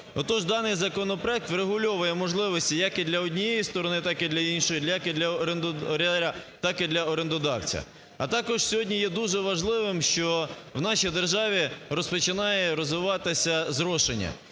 Отож, даний законопроект врегульовує можливості як і для однієї сторони, так і для іншої, так і для орендодавця. А також сьогодні є дуже важливим, що в нашій державі розпочинає розвиватися зрошення,